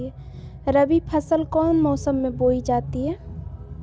रबी फसल कौन मौसम में बोई जाती है?